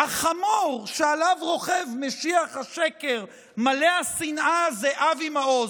החמור שעליו רוכב משיח השקר מלא השנאה הזה אבי מעוז.